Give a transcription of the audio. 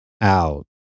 out